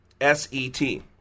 S-E-T